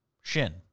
shin